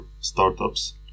startups